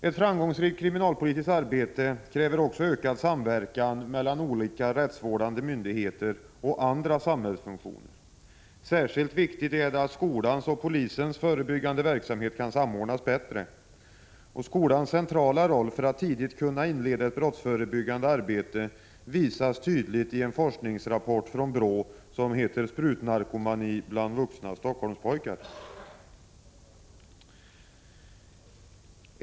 Ett framgångsrikt kriminalpolitiskt arbete kräver ökad samverkan mellan olika rättsvårdande myndigheter och andra samhällsfunktioner. Särskilt viktigt är det att skolans och polisens förebyggande verksamhet kan samordnas bättre. Skolans centrala roll för att tidigt kunna inleda ett brottsförebyggande arbete visas tydligt i en forskningsrapport från BRÅ, ”Sprutnarkomani bland ”vuxna” stockholmspojkar”.